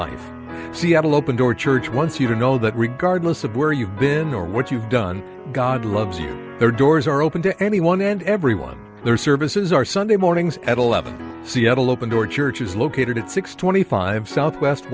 wife seattle open door church once you know that regardless of where you've been or what you've done god loves you there are doors are open to anyone and everyone there services are sunday mornings at eleven seattle open door church is located at six twenty five south west